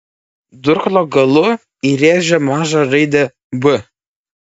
durklo galu įrėžė mažą raidę b